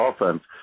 offense